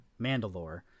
Mandalore